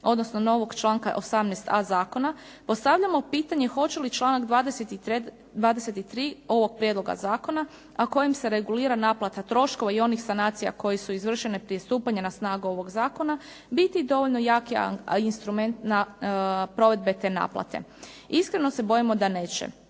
odnosno novog članka 18.a zakona, postavljamo pitanje hoće li članak 23. ovog prijedloga zakona a kojim se regulira naplata troškova i onih sanacija koje su izvršene prije stupanja na snagu ovog zakona, biti dovoljno jaki instrument provedbe te naplate? Iskreno se bojimo da neće.